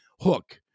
hook